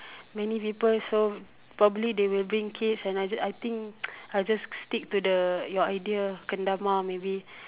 many people so probably they will bring kids and I just I think I'll just stick to the your idea kendama maybe